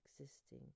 existing